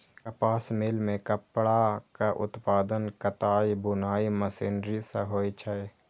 कपास मिल मे कपड़ाक उत्पादन कताइ बुनाइ मशीनरी सं होइ छै